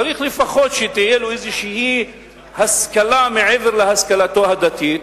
צריך לפחות שתהיה לו איזו השכלה מעבר להשכלתו הדתית,